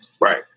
Right